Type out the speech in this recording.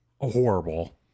horrible